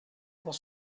pour